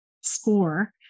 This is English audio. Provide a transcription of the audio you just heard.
score